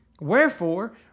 wherefore